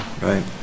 Right